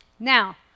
Now